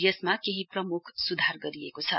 यसमा केही प्रमुख सुधार गरिएको छ